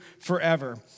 forever